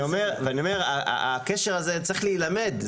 הקשר הזה צריך להילמד.